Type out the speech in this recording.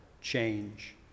change